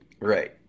Right